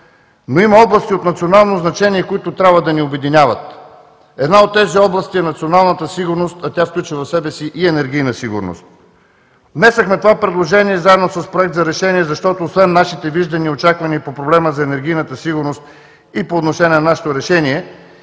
но има области от национално значение, които трябва да ни обединяват. Една от тези области е националната сигурност, а тя включва в себе си и енергийна сигурност. Внесохме това предложение заедно с Проект за решение, защото освен нашите виждания и очаквания по проблема за енергийната сигурност и по отношение на нашето решение